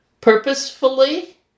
purposefully